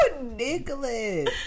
Nicholas